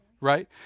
right